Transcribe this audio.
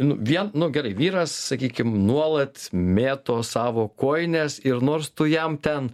nu vien nu gerai vyras sakykim nuolat mėto savo kojines ir nors tu jam ten